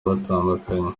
batandukanye